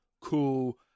cool